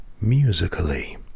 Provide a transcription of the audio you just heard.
musically